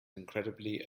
incredibly